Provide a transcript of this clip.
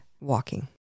walking